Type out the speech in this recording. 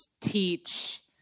teach